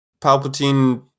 Palpatine